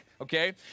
okay